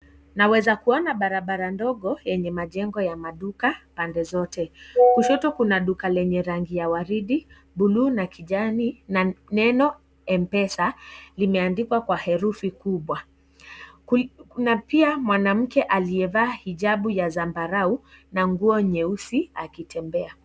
Naweza kuona barabara ndogo, yenye majengo ya maduka upande zote. Kushoto, kuna duka lenye rangi la waridi, buluu na kijani na neno Mpesa, limeandikwa kwa herufi kubwa na pia mwanamke aliyevaa hijabu ya zambarau na nguo nyeusi akitembea.